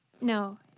no